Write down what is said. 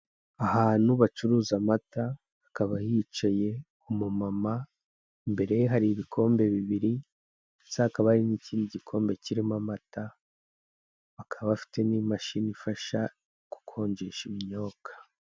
Ahantu bacuruza amata hakaba hicaye umumama imbere ye hari ibikombe bibiri ndetse hakaba hari n'ikindi gikombe kirimo amata bakaba bafite n'imashini ifasha gukomjesha ibinyobwa.